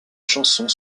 chansons